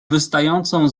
wystającą